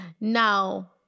now